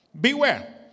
Beware